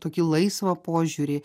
tokį laisvą požiūrį